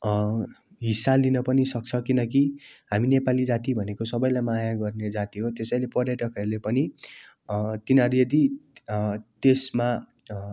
हिस्सा लिन पनि सक्छ किनकि हामी नेपाली जाति भनेको सबैलाई माया गर्ने जाति हो त्यसैले पर्यटकहरूले पनि तिनीहरू यदि त्यसमा